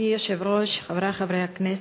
אדוני היושב-ראש, חברי חברי הכנסת,